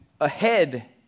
ahead